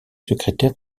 secrétaire